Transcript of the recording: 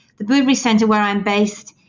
the bouverie centre, where i'm based,